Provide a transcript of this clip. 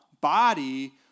body